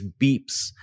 beeps